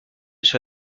sur